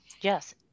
Yes